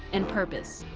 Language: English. and purpose.